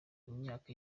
myaka